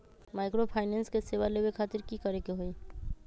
Microfinance के सेवा लेबे खातीर की करे के होई?